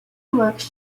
works